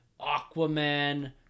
Aquaman